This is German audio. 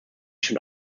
schon